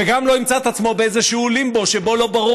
וגם לא ימצא את עצמו באיזה לימבו שבו לא ברור